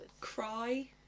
cry